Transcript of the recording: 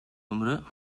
hombre